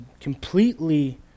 completely